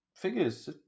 figures